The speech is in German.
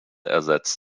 ersetzt